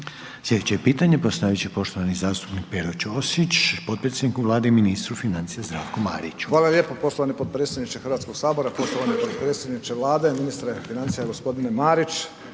Sljedeće pitanje postaviti će poštovani zastupnik Pero Ćosić, potpredsjedniku Vlade i ministru financija Zdravku Mariću. **Ćosić, Pero (HDZ)** Hvala lijepo poštovani potpredsjedniče Hrvatskoga sabora, poštovani potpredsjedniče Vlade. Ministre financija g. Marić,